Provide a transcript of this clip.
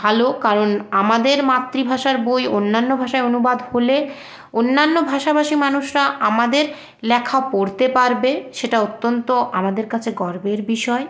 ভালো কারণ আমাদের মাতৃভাষার বই অন্যান্য ভাষায় অনুবাদ হলে অন্যান্য ভাষাভাষীর মানুষরা আমাদের লেখা পড়তে পারবে সেটা অত্যন্ত আমাদের কাছে গর্বের বিষয়